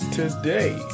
today